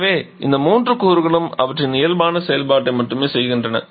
எனவே இந்த மூன்று கூறுகளும் அவற்றின் இயல்பான செயல்பாட்டை மட்டுமே செய்கின்றன